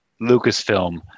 Lucasfilm